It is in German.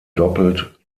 doppelt